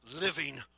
living